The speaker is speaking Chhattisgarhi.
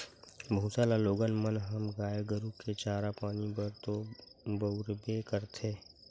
भूसा ल लोगन मन ह गाय गरु के चारा पानी बर तो बउरबे करथे